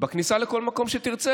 בכניסה לכל מקום שתרצה,